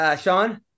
Sean